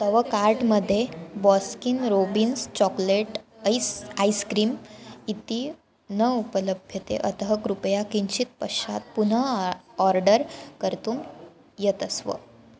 तव कार्ट् मध्ये Baskin Robbins chocolate ice ice cream इति न उपलभ्यते अतः कृपया किञ्चित् पश्चात् पुनः आर् आर्डर् कर्तुं यतस्व